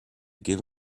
give